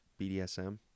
BDSM